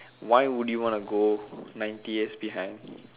why would you want to go ninety years behind